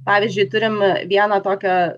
pavyzdžiui turim vieną tokią